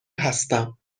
هستم